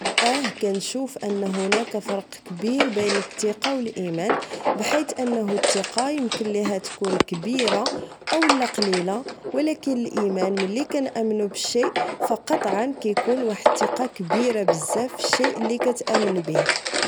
أه كنشوف أن هناك فرق كبير بين التقة و الإيمان بحيت أنه التقة يمكن ليها تكون كبيرة أولا قليلة ولكن الإيمان ملي كنأمنو بالشيء فا قطعا كتكون واحد التقة كبيرة بزاف فالشيء لي كتأمن به